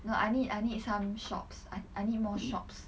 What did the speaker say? no I need I need some shops I I need more shops